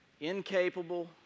incapable